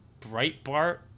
Breitbart